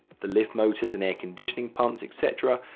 the lift motors and air conditioning pumps, et cetera,